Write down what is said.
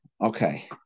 Okay